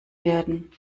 werden